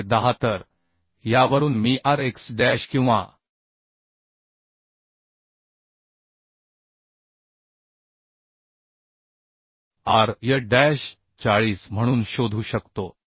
म्हणजे 10 तर यावरून मी R x डॅश किंवा R y डॅश 40 म्हणून शोधू शकतो